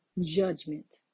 judgment